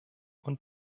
und